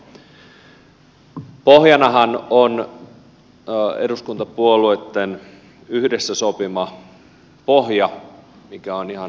pohjanahan on eduskuntapuolueitten yhdessä sopima pohja mikä on ihan hyvä